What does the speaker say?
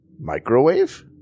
microwave